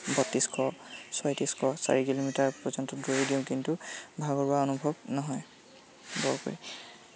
বত্ৰিছশ ছয়ত্ৰিছশ চাৰি কিলোমিটাৰ পৰ্যন্ত দৌৰি দিওঁ কিন্তু ভাগৰুৱা অনুভৱ নহয় বৰকৈ